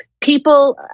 People